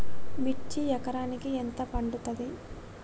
మిర్చి ఎకరానికి ఎంత పండుతది?